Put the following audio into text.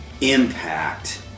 impact